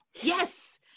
Yes